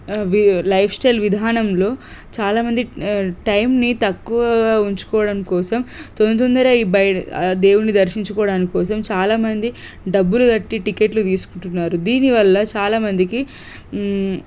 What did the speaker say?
వి lifestyle విధానంలో చాలా మంది టైమ్ని తక్కువగా ఉంచుకోవడం కోసం తొందర తొందర ఆ దేవుడిని దర్శించుకోవడానికి కోసం చాలా మంది డబ్బులు కట్టి టికెట్లు తీసుకుంటున్నారు దీనివల్ల చాలా మందికి